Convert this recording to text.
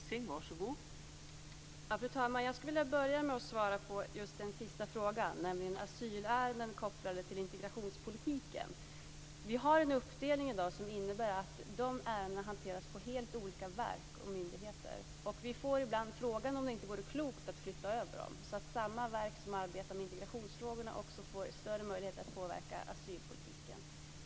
Fru talman! Jag skulle vilja börja med att svara på den sista frågan, nämligen om asylärenden kopplade till integrationspolitiken. Vi har i dag en uppdelning som innebär att dessa ärenden hanteras av helt olika verk och myndigheter. Vi får ibland frågan om det inte vore klokt att flytta över dem, så att samma verk som arbetar med integrationsfrågorna får större möjlighet att påverka asylpolitiken.